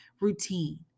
routine